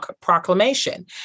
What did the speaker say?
Proclamation